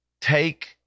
take